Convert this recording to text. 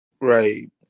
Right